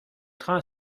train